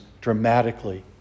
dramatically